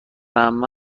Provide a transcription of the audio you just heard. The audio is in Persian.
عمه